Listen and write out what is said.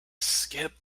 skip